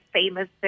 famous